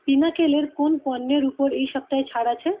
পিনাকেলের কোন পণ্যের উপর এই সপ্তাহে ছাড় আছে